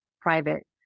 private